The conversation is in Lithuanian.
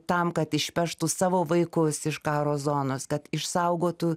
tam kad išpeštų savo vaikus iš karo zonos kad išsaugotų